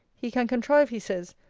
he can contrive, he says,